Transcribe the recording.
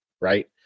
right